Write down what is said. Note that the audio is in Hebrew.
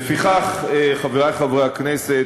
לפיכך, חברי חברי הכנסת,